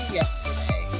yesterday